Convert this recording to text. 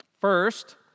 First